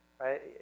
right